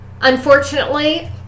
unfortunately